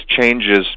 changes